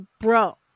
Bro